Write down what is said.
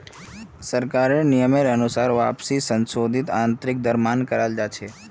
सरकारेर नियमेर अनुसार वापसीर संशोधित आंतरिक दर मान्य कराल जा छे